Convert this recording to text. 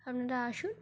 আপনারা আসুন